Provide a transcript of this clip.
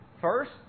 First